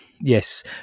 Yes